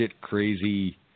crazy